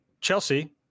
Chelsea